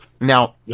Now